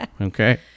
okay